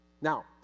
Now